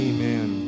Amen